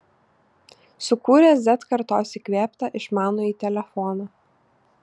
sukūrė z kartos įkvėptą išmanųjį telefoną